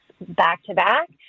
back-to-back